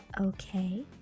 Okay